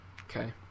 Okay